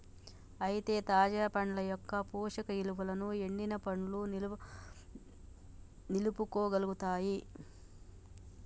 అయితే తాజా పండ్ల యొక్క పోషక ఇలువలను ఎండిన పండ్లు నిలుపుకోగలుగుతాయి